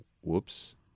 whoops